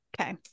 Okay